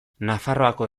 nafarroako